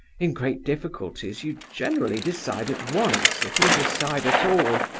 in great difficulties you generally decide at once, if you decide at all.